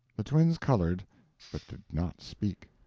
the twins colored, but did not speak.